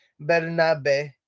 Bernabe